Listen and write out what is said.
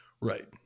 Right